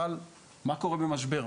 אבל מה קורה במשבר?